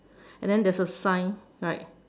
and then there's a sign right